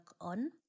on